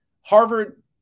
Harvard